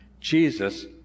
Jesus